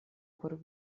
por